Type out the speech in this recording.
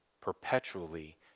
perpetually